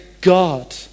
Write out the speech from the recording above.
God